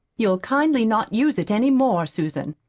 you'll kindly not use it any more, susan,